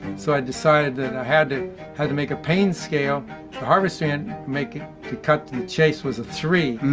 so i decided that i had to had to make a pain scale. the harvester ant, ah to cut to the chase, was a three.